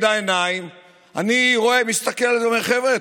אני רואה ומסתכל ואומר: חבר'ה,